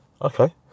Okay